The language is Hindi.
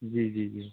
जी जी जी